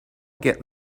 get